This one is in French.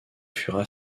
furent